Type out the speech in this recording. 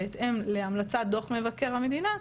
בהתאם להמלצת דוח מבקר המדינה,